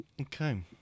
okay